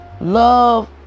Love